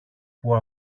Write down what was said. που